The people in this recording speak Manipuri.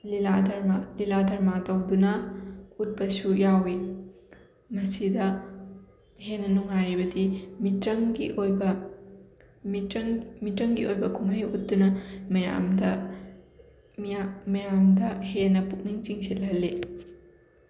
ꯂꯤꯂꯥ ꯙꯔꯃꯥ ꯂꯤꯂꯥ ꯙꯔꯃꯥ ꯇꯧꯗꯨꯅ ꯎꯠꯄꯁꯨ ꯌꯥꯎꯋꯤ ꯃꯁꯤꯗ ꯍꯦꯟꯅ ꯅꯨꯡꯉꯥꯏꯔꯤꯕꯗꯤ ꯃꯤꯇ꯭ꯔꯪꯒꯤ ꯑꯣꯏꯕ ꯃꯤꯇ꯭ꯔꯪ ꯃꯤꯇ꯭ꯔꯪꯒꯤ ꯑꯣꯏꯕ ꯀꯨꯝꯍꯩ ꯎꯠꯇꯨꯅ ꯃꯌꯥꯝꯗ ꯃꯤꯌꯥꯝ ꯃꯌꯥꯝꯗ ꯍꯦꯟꯅ ꯄꯨꯛꯅꯤꯡ ꯆꯤꯡꯁꯤꯜꯍꯜꯂꯤ